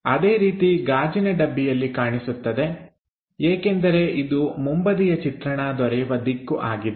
ಅದೇ ರೀತಿ ಗಾಜಿನ ಡಬ್ಬಿಯಲ್ಲಿ ಕಾಣಿಸುತ್ತದೆ ಏಕೆಂದರೆ ಇದು ಮುಂಬದಿಯ ಚಿತ್ರಣ ದೊರೆಯುವ ದಿಕ್ಕು ಆಗಿದೆ